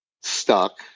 stuck